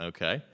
Okay